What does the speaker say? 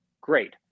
great